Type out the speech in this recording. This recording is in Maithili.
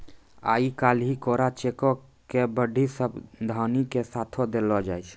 आइ काल्हि कोरा चेको के बड्डी सावधानी के साथे देलो जाय छै